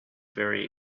very